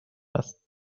است